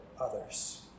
others